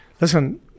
listen